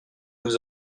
vous